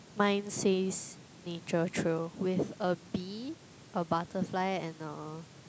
mine says nature trail with a bee a butterfly and a